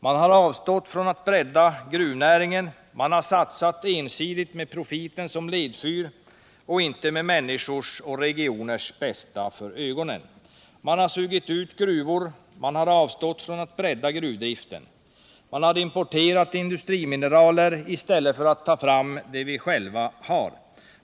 Man har avstått från att bredda gruvnäringen, man har satsat ensidigt med profiten som ledfyr och inte med människors och regioners bästa för ögonen. Man har sugit ut gruvor. Man har avstått från att bredda gruvdriften. Man har importerat industrimineraler i stället för att ta fram det vi själva har.